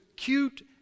cute